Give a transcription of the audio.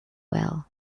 well